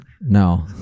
No